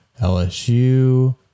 LSU